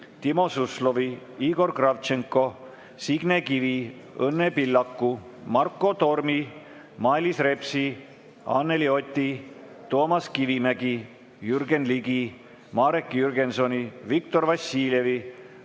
Timo Suslovi, Igor Kravtšenko, Signe Kivi, Õnne Pillaku, Marko Tormi, Mailis Repsi, Anneli Oti, Toomas Kivimägi, Jürgen Ligi, Marek Jürgensoni, Viktor Vassiljevi,